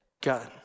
God